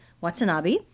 Watanabe